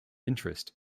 interest